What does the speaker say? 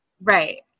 Right